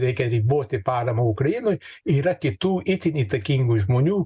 reikia riboti paramą ukrainoj yra kitų itin įtakingų žmonių